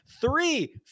three